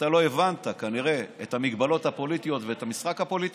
כנראה לא הבנת את המגבלות הפוליטיות ואת המשחק הפוליטי,